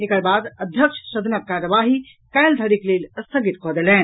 एकर बाद अध्यक्ष सदनक कार्यवाही काल्हि धरिक लेल स्थगित कऽ देलनि